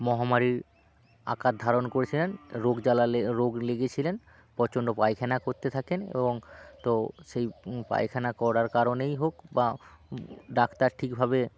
মহমারীর আকার ধারণ করেছিলেন রোগ জালালে রোগ লেগেছিলেন প্রচণ্ড পায়খানা করতে থাকেন এবং তো সেই পায়খানা করার কারণেই হোক বা ডাক্তার ঠিকভাবে